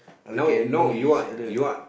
now now you are you are